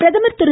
பிரதமர் திரு